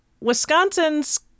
Wisconsin's